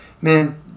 man